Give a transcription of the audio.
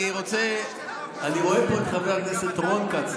אני רואה פה את חבר הכנסת רון כץ,